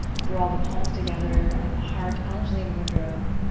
draw the palms together at the heart, anjuli mudra.